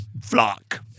flock